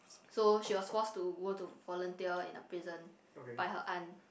so she was forced to go to volunteer in a prison by her aunt